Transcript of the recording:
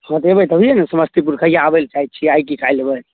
हँ तऽ अएबै तभिए ने समस्तीपुर कहिआ आबैलए चाहै छिए आइ कि काल्हि अएबै